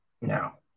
now